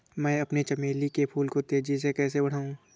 मैं अपने चमेली के फूल को तेजी से कैसे बढाऊं?